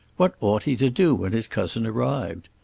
what ought he to do when his cousin arrived?